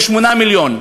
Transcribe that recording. ל-8 מיליון.